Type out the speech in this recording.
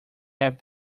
have